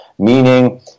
Meaning